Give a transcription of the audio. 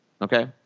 Okay